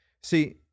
See